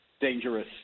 dangerous